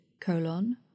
colon